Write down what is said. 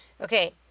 Okay